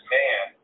man